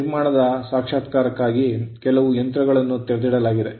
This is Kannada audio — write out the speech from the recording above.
ನಿರ್ಮಾಣದ ಸಾಕ್ಷಾತ್ಕಾರಕ್ಕಾಗಿ ಕೆಲವು ಯಂತ್ರವನ್ನು ತೆರೆದಿಡಲಾಗುವುದು